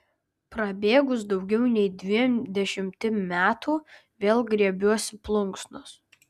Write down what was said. prabėgus daugiau nei dviem dešimtim metų vėl griebiuosi plunksnos